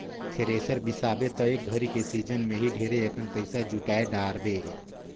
thresher बिसाबे त एक घरी के सिजन मे ही ढेरे अकन पइसा जुटाय डारबे